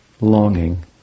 longing